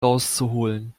rauszuholen